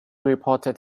reported